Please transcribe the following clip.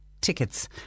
tickets